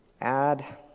Add